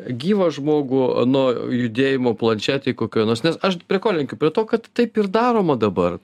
gyvą žmogų nuo judėjimo planšetėj kokioj nors nes aš prie ko lenkiu prie to kad taip ir daroma dabar